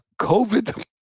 COVID